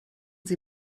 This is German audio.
sie